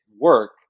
work